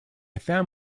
found